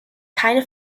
keine